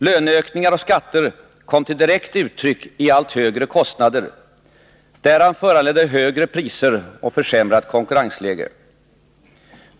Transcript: Löneökningar och skatter kom till direkt uttryck i allt högre kostnader, därav föranledda högre priser och försämrat konkurrensläge.